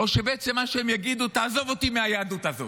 או שבעצם מה שהם יגידו תעזוב אותי מהיהדות הזאת,